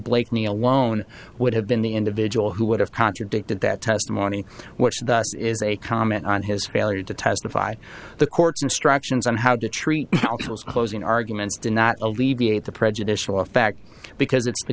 blakeney alone would have been the individual who would have contradicted that testimony which thus is a comment on his failure to testify the court's instructions on how to treat closing arguments did not alleviate the prejudicial effect because it's the